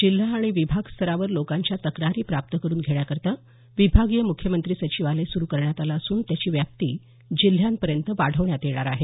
जिल्हा आणि विभाग स्तरावर लोकांच्या तक्रारी प्राप्त करून घेण्याकरता विभागीय मुख्यमंत्री संचिवालय सुरू करण्यात आलं असून त्याची व्याप्पी जिल्ह्यांपर्यंत वाढवण्यात येणार आहे